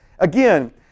Again